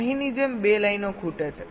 અહીંની જેમ 2 લાઇનો ખૂટે છે